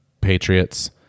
Patriots